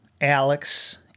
Alex